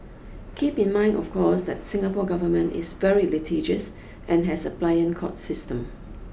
keep in mind of course that Singapore government is very litigious and has a pliant court system